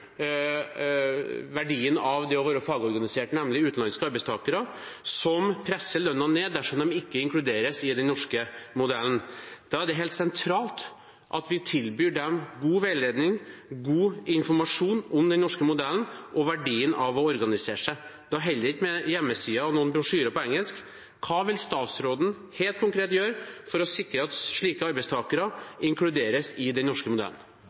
presser lønna ned dersom de ikke inkluderes i den norske modellen. Da er det helt sentralt at vi tilbyr dem god veiledning, god informasjon, om den norske modellen og verdien av å organisere seg. Da holder det ikke med en hjemmeside og noen brosjyrer på engelsk. Hva vil statsråden helt konkret gjøre for å sikre at slike arbeidstakere inkluderes i den norske modellen?